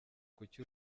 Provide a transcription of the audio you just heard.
kuki